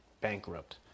Bankrupt